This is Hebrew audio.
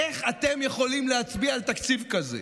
איך אתם יכולים להצביע על תקציב כזה?